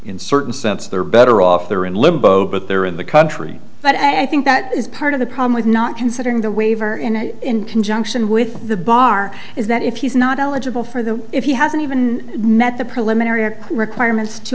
in certain sense they're better off they're in limbo but they're in the country but i think that is part of the problem with not considering the waiver in conjunction with the bar is that if he's not eligible for the if he hasn't even met the preliminary requirements to